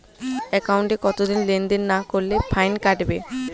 একাউন্টে কতদিন লেনদেন না করলে ফাইন কাটবে?